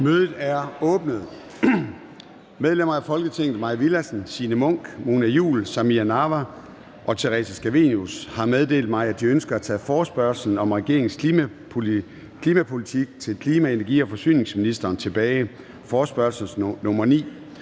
Mødet er åbnet. Medlemmer af Folketinget Mai Villadsen (EL), Signe Munk (SF), Mona Juul (KF), Samira Nawa (RV) og Theresa Scavenius (ALT) har meddelt mig, at de ønsker at tage følgende forespørgsel om regeringens klimapolitik til klima-, energi- og forsyningsministeren tilbage: »Hvad vil ministeren